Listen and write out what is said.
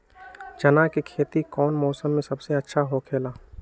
चाना के खेती कौन मौसम में सबसे अच्छा होखेला?